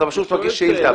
אתה פשוט מכניס שאילתה,